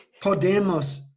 Podemos